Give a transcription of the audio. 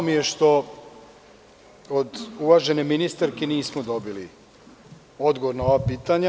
Žao mi je što od uvažene ministarske nismo dobili odgovor na ova pitanja.